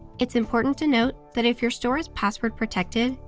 it's important to note, that if your store is password protected,